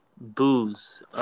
booze